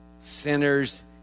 sinners